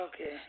Okay